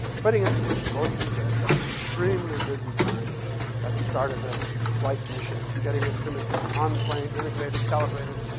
putting instruments in both of these aircraft, extremely busy time at the start of the flight mission, getting instruments on the plane, integrated, calibrated.